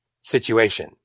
situation